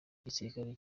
igisirikare